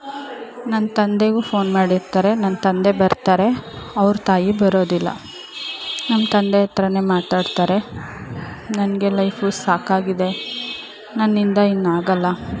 ನನ್ನ ತಂದೆಗೂ ಫೋನ್ ಮಾಡಿರ್ತಾರೆ ನನ್ನ ತಂದೆ ಬರ್ತಾರೆ ಅವ್ರ ತಾಯಿ ಬರೋದಿಲ್ಲ ನಮ್ಮ ತಂದೆ ಹತ್ರವೇ ಮಾತಾಡ್ತಾರೆ ನನಗೆ ಲೈಫು ಸಾಕಾಗಿದೆ ನನ್ನಿಂದ ಇನ್ನಾಗೋಲ್ಲ